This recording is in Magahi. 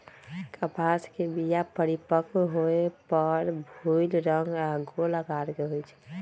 कपास के बीया परिपक्व होय पर भूइल रंग आऽ गोल अकार के होइ छइ